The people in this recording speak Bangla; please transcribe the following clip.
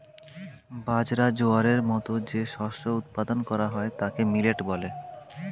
বাজরা, জোয়ারের মতো যে শস্য উৎপাদন করা হয় তাকে মিলেট বলে